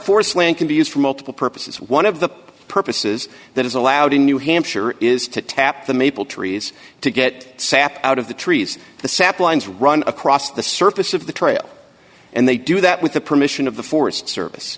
forest land can be used for multiple purposes one of the purposes that is allowed in new hampshire is to tap the maple trees to get sap out of the trees the sap lines run across the surface of the trail and they do that with the permission of the forest service